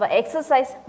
exercise